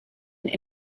and